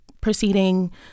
proceeding